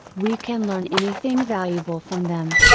we can learn anything valuable from them.